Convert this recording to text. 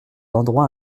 endroits